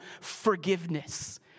forgiveness